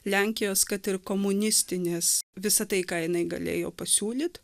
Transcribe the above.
lenkijos kad ir komunistinės visa tai ką jinai galėjo pasiūlyt